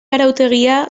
arautegia